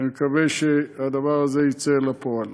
ואני מקווה שהדבר הזה יצא אל הפועל.